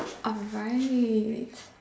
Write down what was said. alright